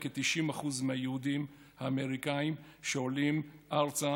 כ־90% מהיהודים האמריקאים שעולים ארצה,